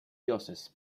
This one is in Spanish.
dioses